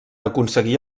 aconseguí